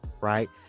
right